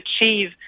achieve